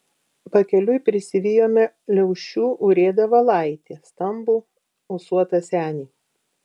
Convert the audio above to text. pakeliui prisivijome liaušių urėdą valaitį stambų ūsuotą senį